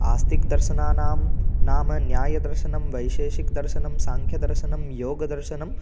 आस्तिकदर्शनानां नाम न्यायदर्शनं वैशेषिकदर्शनं साङ्ख्यदर्शनं योगदर्शनं